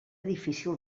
difícil